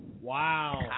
Wow